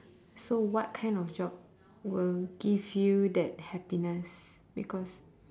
so what kind of job will give you that happiness because